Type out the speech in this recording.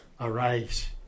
arise